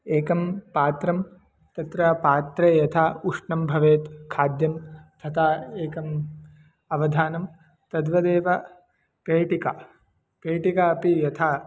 एकं पात्रं तत्र पात्रे यथा उष्णं भवेत् खाद्यं तथा एकम् अवधानं तद्वदेव पेटिका पेटिका अपि यथा